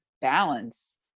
balance